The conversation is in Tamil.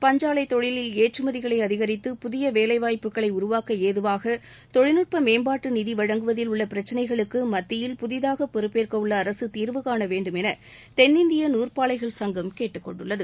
பஞ்சாலைத் தொழிலில் ஏற்றுமதிகளை அதிகரித்து புதிய வேலைவாய்ப்புகளை உருவாக்க ஏதுவாக தொழில்நுட்ப மேம்பாட்டு நிதி வழங்குவதில் உள்ள பிரச்சினைகளுக்கு மத்தியில் புதிதாக பொறுப்பேற்க உள்ள அரசு தீாவுகாண வேண்டும் என தென்னிந்திய நூற்பாலைகள் சங்கம் கேட்டுக்கொண்டுள்ளது